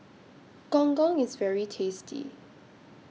Gong Gong IS very tasty